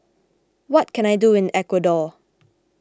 what can I do in Ecuador